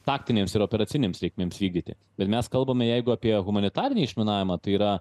taktinėms ir operacinėms reikmėms vykdyti bet mes kalbame jeigu apie humanitarinį išminavimą tai yra